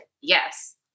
yes